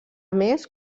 més